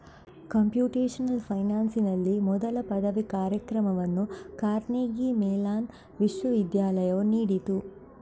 computational ಫೈನಾನ್ಸಿನಲ್ಲಿ ಮೊದಲ ಪದವಿ ಕಾರ್ಯಕ್ರಮವನ್ನು ಕಾರ್ನೆಗೀ ಮೆಲಾನ್ ವಿಶ್ವವಿದ್ಯಾಲಯವು ನೀಡಿತು